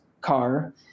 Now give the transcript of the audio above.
car